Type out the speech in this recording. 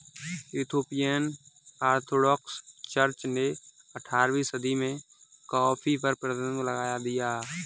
Ethiopian Orthodox church ने अठारहवीं सदी में कॉफ़ी पर प्रतिबन्ध लगा दिया